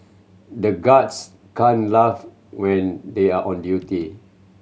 the guards can't laugh when they are on duty